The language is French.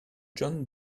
john